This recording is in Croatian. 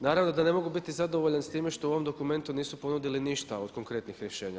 Naravno da ne mogu biti zadovoljan s time što u ovom dokumentu nisu ponudili ništa od konkretnih rješenja.